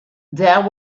there